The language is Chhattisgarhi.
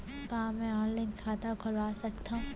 का मैं ऑनलाइन खाता खोलवा सकथव?